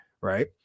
right